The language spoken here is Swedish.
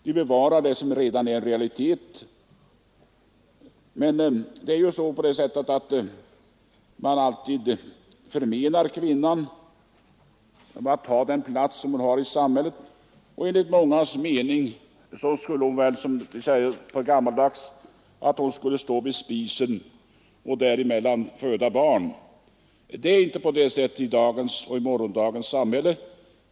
Då bevaras det som redan är en realitet. Man förmenar alltid kvinnan hennes plats i samhället. Enligt mångas mening skall hon väl ”stå vid spisen och föda barn”. Det är inte så i dagens och morgondagens samhälle.